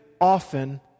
often